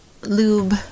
Lube